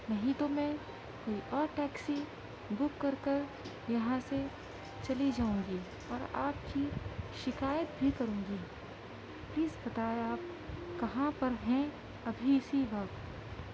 نہیں تو میں کوئی اور ٹیکسی بک کر کر یہاں سے چلی جاؤں گی اور آپ کی شکایت بھی کروں گی پلیز بتائیں آپ کہاں پر ہیں ابھی اسی وقت